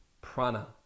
prana